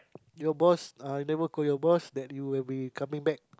your boss uh never call your boss that you will be coming back